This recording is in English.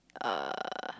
uh